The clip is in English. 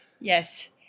Yes